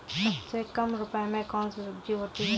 सबसे कम रुपये में कौन सी सब्जी होती है?